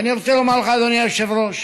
ואני רוצה לומר לך, אדוני היושב-ראש,